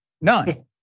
None